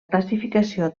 classificació